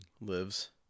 Lives